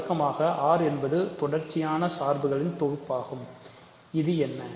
வழக்கமான R என்பது தொடர்ச்சியான சார்புகளின் தொகுப்பாகும் இது என்ன